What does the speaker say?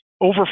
over